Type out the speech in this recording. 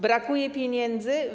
Brakuje pieniędzy?